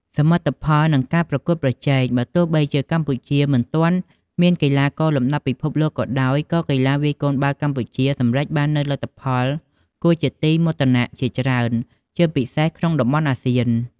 សមិទ្ធផល និងការប្រកួតប្រជែង បើទោះបីជាកម្ពុជាមិនទាន់មានកីឡាករលំដាប់ពិភពលោកក៏ដោយ ក៏កីឡាវាយកូនបាល់កម្ពុជាសម្រេចបាននូវសមិទ្ធផលគួរជាទីមោទនៈជាច្រើន ជាពិសេសក្នុងតំបន់អាស៊ាន។